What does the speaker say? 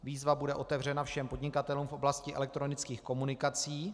Výzva bude otevřena všem podnikatelům v oblasti elektronických komunikací.